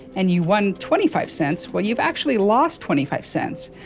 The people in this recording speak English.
and you won twenty five cents, well, you've actually lost twenty five cents,